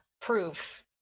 proof